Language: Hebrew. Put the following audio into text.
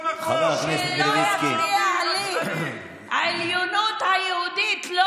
מאמין בעליונות היהודית.